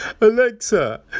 Alexa